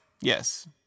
Yes